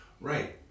Right